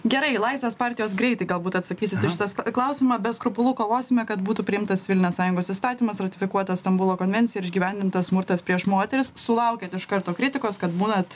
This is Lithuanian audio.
gerai laisvės partijos greitai galbūt atsakysit į šitas klausimą be skrupulų kovosime kad būtų priimtas civilinės sąjungos įstatymas ratifikuota stambulo konvencija ir išgyvendintas smurtas prieš moteris sulaukėt iš karto kritikos kad būnat